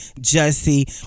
jesse